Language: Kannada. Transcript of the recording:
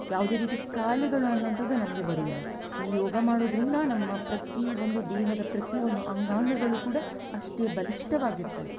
ಯಾವುದೇ ರೀತಿ ಕಾಯಿಲೆಗಳು ಅನ್ನುವಂಥದ್ದು ನಮಗೆ ಬರುವುದಿಲ್ಲ ಈ ಯೋಗ ಮಾಡೋದ್ರಿಂದ ನಮ್ಮ ಪ್ರತಿ ಒಂದು ದೇಹದ ಪ್ರತಿ ಒಂದು ಅಂಗಾಂಗಗಳು ಕೂಡ ಅಷ್ಟೇ ಬಲಿಷ್ಠವಾಗಿರ್ತದೆ